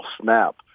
snap